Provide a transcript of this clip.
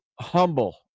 humble